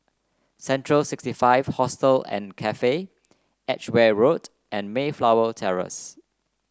Central sixty five Hostel and Cafe Edgeware Road and Mayflower Terrace